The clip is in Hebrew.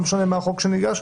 לא משנה מה החוק שמוגש.